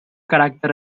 caràcter